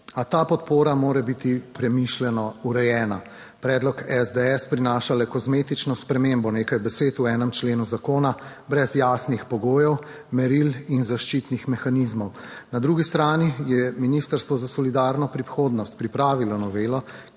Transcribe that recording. A ta podpora mora biti premišljeno urejena. Predlog SDS prinaša le kozmetično spremembo nekaj besed v 1. členu zakona brez jasnih pogojev, meril in zaščitnih mehanizmov. Na drugi strani je Ministrstvo za solidarno prihodnost pripravilo novelo,